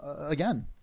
again